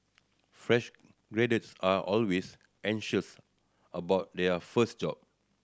fresh graduates are always anxious about their first job